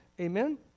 Amen